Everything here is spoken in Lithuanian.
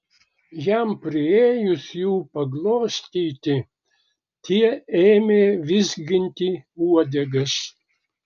jam priėjus jų paglostyti tie ėmė vizginti uodegas